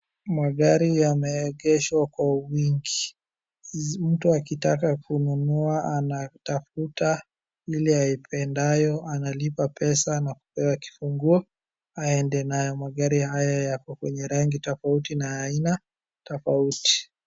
Magari yameegeshwa kwa wingi. Mtu akitaka kununua anatafuta lile aipendayo analipa pesa na kupewa kifunguo aende nayo. Magari haya yako kwenye rangi tofauti na aina tofauti.